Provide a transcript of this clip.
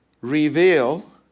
reveal